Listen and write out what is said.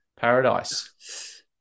paradise